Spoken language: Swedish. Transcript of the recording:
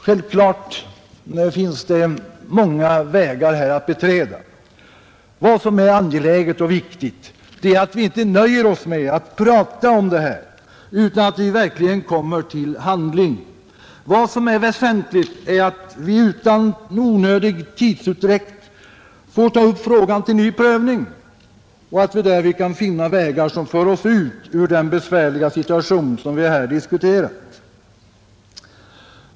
Självfallet finns det många vägar här att beträda. Vad som är angeläget och viktigt är att vi inte nöjer oss med att enbart prata om problemet utan att vi verkligen kommer till handling. Vad som är väsentligt är att vi utan ny tidsutdräkt kan ta upp frågan till ny prövning och att vi därvid kan finna vägar som för oss ut ur den besvärliga situation vi här befinner oss i.